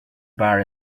bar